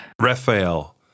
Raphael